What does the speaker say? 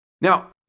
Now